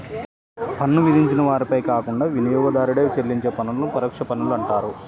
పన్ను విధించిన వారిపై కాకుండా వినియోగదారుడే చెల్లించే పన్నులను పరోక్ష పన్నులు అంటారు